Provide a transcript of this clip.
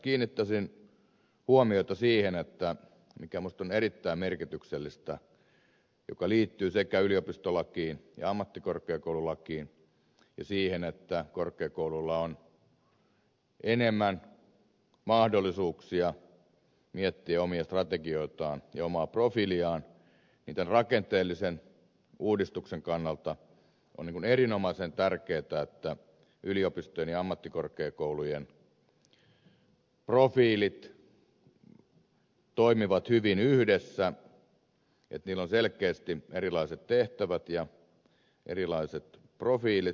kiinnittäisin huomiota siihen mikä minusta on erittäin merkityksellistä joka liittyy sekä yliopistolakiin että ammattikorkeakoululakiin ja siihen että korkeakoululla on enemmän mahdollisuuksia miettiä omia strategioitaan ja omaa profiiliaan että tämän rakenteellisen uudistuksen kannalta on erinomaisen tärkeätä että yliopistojen ja ammattikorkeakoulujen profiilit toimivat hyvin yhdessä että niillä on selkeästi erilaiset tehtävät ja erilaiset profiilit